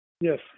yes